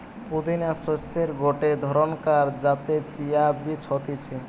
পুদিনা শস্যের গটে ধরণকার যাতে চিয়া বীজ হতিছে